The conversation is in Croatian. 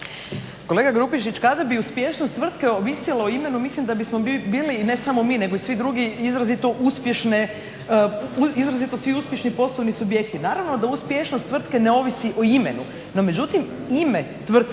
Kolega Grubišić kada bi uspješnost tvrtke ovisila o imenu mislim da bismo bili ne samo mi nego i svi drugi izrazito uspješni poslovni subjekti. Naravno da uspješnost tvrtke ne ovisi o imenu, no međutim ime tvrtke